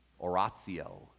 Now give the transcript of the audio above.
oratio